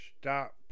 stop